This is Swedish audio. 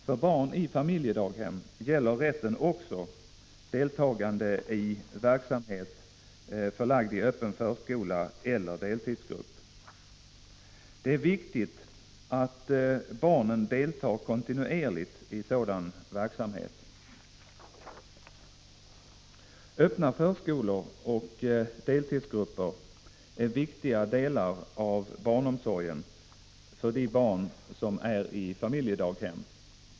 För barn i familjedaghem gäller rätten också deltagande i verksamhet förlagd i öppen förskola eller deltidsgrupp. Det är viktigt att barnen deltar kontinuerligt i en sådan verksamhet. Öppna förskolor och deltidsgrupper är viktiga delar av barnomsorgen för de barn som är i familjedaghem.